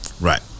Right